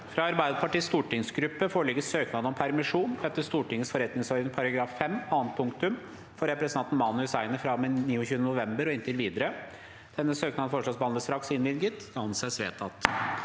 Fra Arbeiderpartiets stor- tingsgruppe foreligger søknad om permisjon etter Stortingets forretningsordens § 5 annet punktum for representanten Mani Hussaini fra og med 29. november og inntil videre. Denne søknaden foreslås behandlet straks og innvilget.